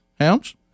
Hounds